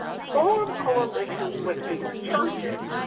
form coalitions with these churches,